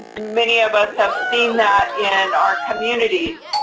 many of us have seen that in our communities,